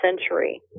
century